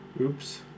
Oops